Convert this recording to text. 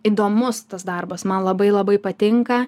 įdomus tas darbas man labai labai patinka